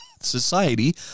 society